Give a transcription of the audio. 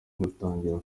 gutangira